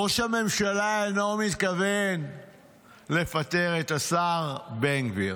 ראש הממשלה לא מתכוון לפטר את השר בן גביר.